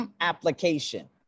application